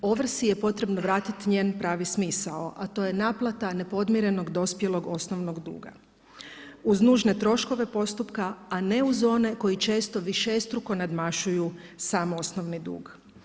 Ovrsi je potrebno vratiti njen pravi smisao, a to je naplata nepodmirenog dospjelog osnovnog duga uz nužne troškove postupka a ne uz one koji često višestruko nadmašuju samo osnovni dug.